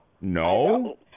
No